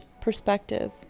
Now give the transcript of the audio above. perspective